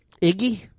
Iggy